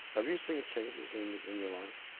have you seen changes in in your life?